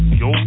yo